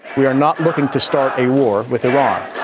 we are not looking to start a war with iraq,